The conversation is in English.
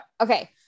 Okay